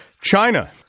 China